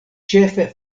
ĉefe